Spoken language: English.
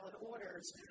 orders